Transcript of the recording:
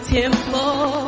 temple